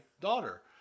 daughter